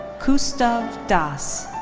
kaustav das.